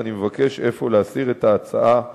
ואני מבקש אפוא להסיר את ההצעה מסדר-היום.